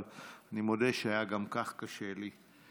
אבל מודה שגם כך היה קשה לי.